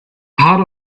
part